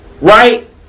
right